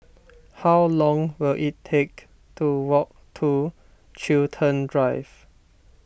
how long will it take to walk to Chiltern Drive